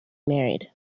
married